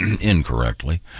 incorrectly